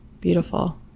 Beautiful